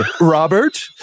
Robert